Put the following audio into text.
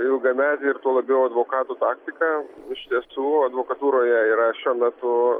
ilgametė ir tuo labiau advokatų taktika iš tiesų advokatūroje yra šiuo metu